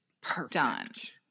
Perfect